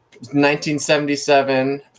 1977